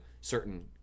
certain –